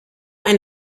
ein